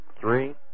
three